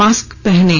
mask पहनें